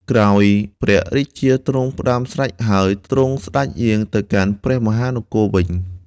ក្រោយព្រះរាជាទ្រង់ផ្តាំស្រេចហើយ ទ្រង់សេ្តចយាងទៅកាន់ព្រះមហានគរវិញទៅ។